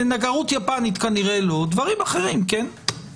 נגרות יפנית כנראה לא, דברים אחרים כן.